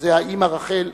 שזה אמא רחל,